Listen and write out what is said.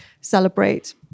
Celebrate